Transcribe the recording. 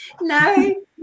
no